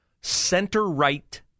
center-right